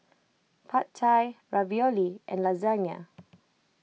Pad Thai Ravioli and Lasagne